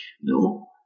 No